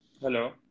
Hello